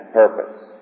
purpose